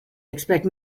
expect